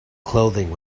clothing